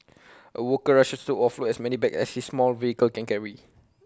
A worker rushes to offload as many bags as his small vehicle can carry